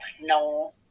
No